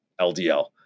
LDL